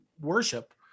worship